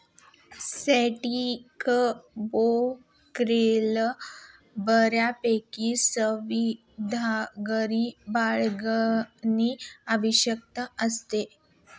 स्टॉकब्रोकरला बऱ्यापैकी सावधगिरी बाळगणे आवश्यक असते